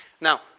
Now